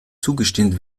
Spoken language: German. zugestimmt